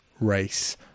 race